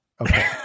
okay